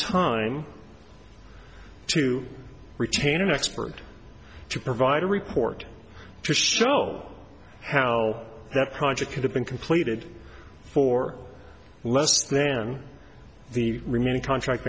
time to retain an expert to provide a report to show how that project could have been completed for less then the remaining contract